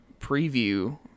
preview